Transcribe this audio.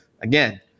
Again